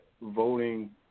voting